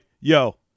yo